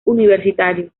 universitario